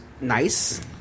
nice